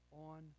on